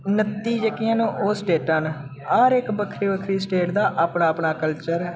नत्ती जेह्कियां न ओह् स्टेटां न हर इक बक्खरी बक्खरी स्टेट दा अपना अपना कल्चर ऐ